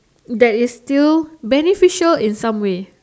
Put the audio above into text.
that is still beneficial in some way